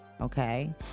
Okay